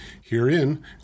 Herein